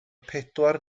pedwar